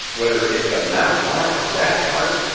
whether it's a mouse heart, a rat heart,